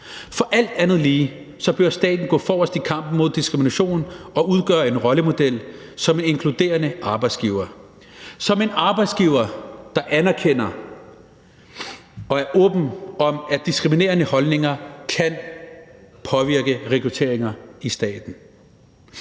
For alt andet lige bør staten gå forrest i kampen mod diskrimination og udgøre en rollemodel som en inkluderende arbejdsgiver og som en arbejdsgiver, der anerkender og er åben om, at diskriminerende holdninger kan påvirke rekrutteringer i staten.